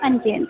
हांजी हांजी